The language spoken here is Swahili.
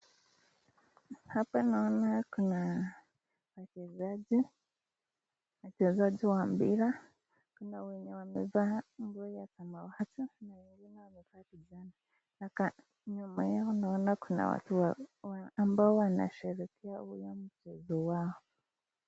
Hapa naona kuna wachezaji wachezaji wa mpira kuna wenye wamevaa nguo ya samawati kuna wengine wamevaa kijani na nyuma yao naona kuna watu ambao wanasherehekea huo mchezo wao.